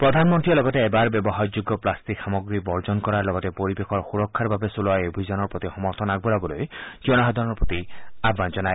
প্ৰধানমন্ত্ৰীয়ে লগতে এবাৰ ব্যৱহাৰযোগ্য প্লাট্টিক সামগ্ৰী বৰ্জন কৰাৰ লগতে পৰিৱেশৰ সূৰক্ষাৰ বাবে চলোৱা এই অভিযানৰ প্ৰতি সমৰ্থন আগবঢ়াবলৈ জনসাধাৰণৰ প্ৰতি আহবান জনায়